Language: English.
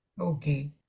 okay